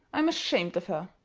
i am ashamed of her!